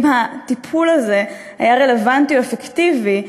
אם ה"טיפול" הזה היה רלוונטי או אפקטיבי,